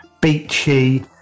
beachy